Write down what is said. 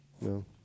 No